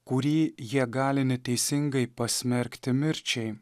kurį jie gali neteisingai pasmerkti mirčiai